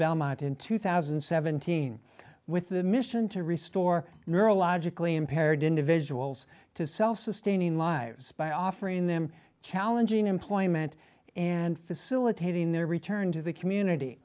belmont in two thousand and seventeen with the mission to restore neurologically impaired individuals to self sustaining lives by offering them challenging employment and facilitating their return to the community